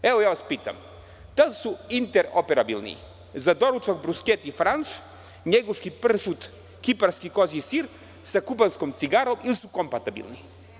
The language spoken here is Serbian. Evo pitam vas, da li su interoperabilni za doručak „brusketi Franš“, njeguški pršut, kiparski kozji sir, sa kubanskom cigarom ili su kompatibilni?